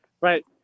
Right